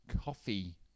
coffee